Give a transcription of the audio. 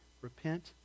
repent